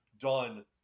done